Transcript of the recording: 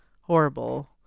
horrible